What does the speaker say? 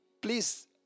Please